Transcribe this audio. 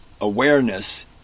awareness